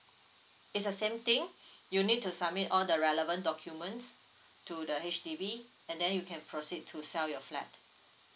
it's the same thing you need to submit all the relevant documents to the H_D_B and then you can proceed to sell your flat